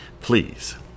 please